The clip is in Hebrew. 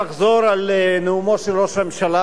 לחזור על נאומו של ראש הממשלה,